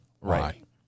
right